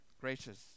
Gracious